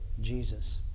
Jesus